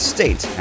State